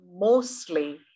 Mostly